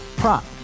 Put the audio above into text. prop